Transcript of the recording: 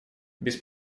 без